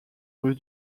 rue